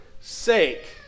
sake